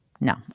no